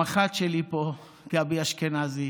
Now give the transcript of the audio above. המח"ט שלי פה, גבי אשכנזי,